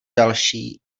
další